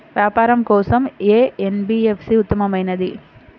వ్యాపారం కోసం ఏ ఎన్.బీ.ఎఫ్.సి ఉత్తమమైనది?